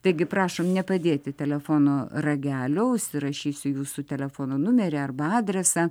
taigi prašom nepadėti telefono ragelio užsirašysiu jūsų telefono numerį arba adresą